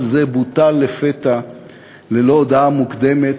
כל זה בוטל לפתע ללא הודעה מוקדמת,